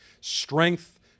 Strength